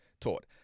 taught